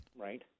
Right